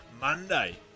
Monday